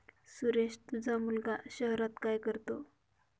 सुरेश तुझा मुलगा शहरात काय करतो